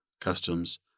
customs